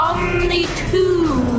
Omni-two